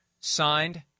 signed